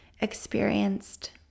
experienced